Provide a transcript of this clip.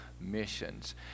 Missions